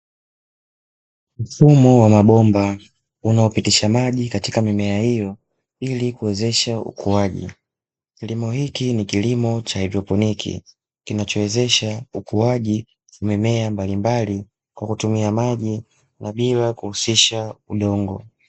Mfumo wa mabomba unaopitisha maji katika mimea hiyo, ili kuwezesha ukuaji kilimo hiki ni kilimo cha hadroponiki, kinachowezesha ukuaji mimea mbalimbali kwa kutumia maji na bila kuhusisha udongo.